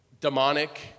demonic